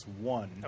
One